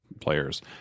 players